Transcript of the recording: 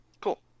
Cool